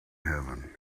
heaven